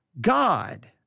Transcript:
God